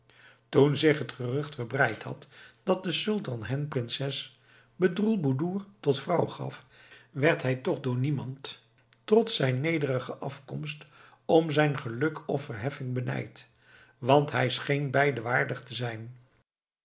toen zich het gerucht verbreid had dat de sultan hem prinses bedroelboedoer tot vrouw gaf werd hij toch door niemand trots zijn nederige afkomst om zijn geluk of verheffing benijd want hij scheen beide waardig te zijn